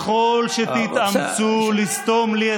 ככל שתתאמצו לסתום לי את הפה,